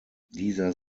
dieser